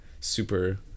super